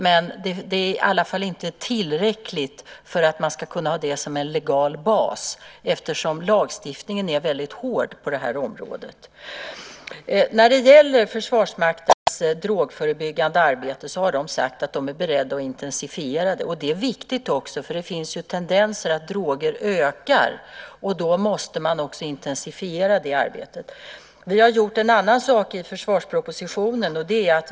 Men det är inte tillräckligt för att man ska kunna ha det som en legal bas eftersom lagstiftningen är väldigt hård på området. Man har inom Försvarsmakten sagt att man är beredd att intensifiera det drogförebyggande arbetet. Det är viktigt. Det finns tendenser att användningen av droger ökar. Då måste man också intensifiera arbetet. Vi har gjort en annan sak i försvarspropositionen.